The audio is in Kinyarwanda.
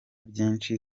byinshi